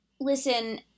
Listen